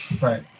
right